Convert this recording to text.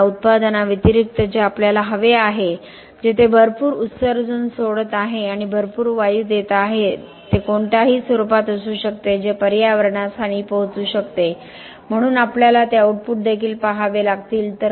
या उत्पादनाव्यतिरिक्त जे आपल्याला हवे आहे जेथे भरपूर उत्सर्जन सोडत आहे आपण भरपूर वायू देत आहोत ते कोणत्याही स्वरूपात असू शकते जे पर्यावरणास हानी पोहोचवू शकते म्हणून आम्हाला ते आउटपुट देखील पहावे लागतील